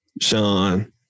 Sean